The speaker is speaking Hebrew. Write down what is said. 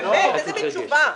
באמת, איזו מין תשובה?